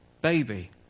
baby